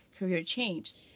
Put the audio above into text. CareerChange